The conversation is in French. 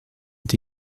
est